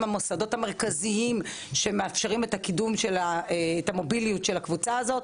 המוסדות המרכזיים שמאפשרים את הקידום והמוביליות של הקבוצה הזו,